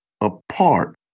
apart